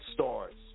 Stars